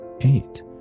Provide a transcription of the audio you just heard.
eight